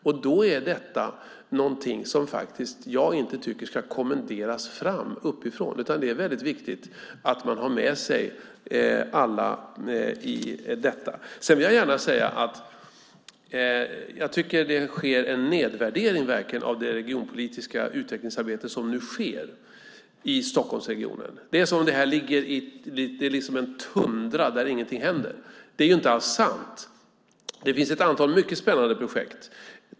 Detta är någonting som jag inte tycker ska kommenderas fram uppifrån. Det är väldigt viktigt att man har med sig alla på detta. Jag tycker att det sker en nedvärdering av det regionpolitiska utvecklingsarbete som nu sker i Stockholmsregionen. Det är som om detta är en tundra där ingenting händer. Det är inte alls sant. Det finns ett antal mycket spännande projekt.